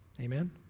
Amen